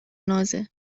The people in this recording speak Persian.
نازه